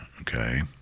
okay